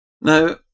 Now